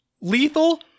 Lethal